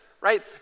right